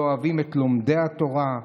לא אוהבים את לומדי התורה,